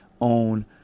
own